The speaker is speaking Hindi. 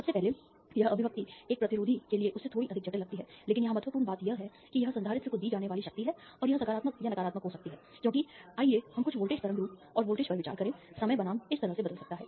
सबसे पहले यह अभिव्यक्ति एक प्रतिरोधी के लिए उससे थोड़ी अधिक जटिल लगती है लेकिन यहां महत्वपूर्ण बात यह है कि यह संधारित्र को दी जाने वाली शक्ति है और यह सकारात्मक या नकारात्मक हो सकती है क्योंकि आइए हम कुछ वोल्टेज तरंग रूप और वोल्टेज पर विचार करें समय बनाम इस तरह से बदल सकता है